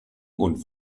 und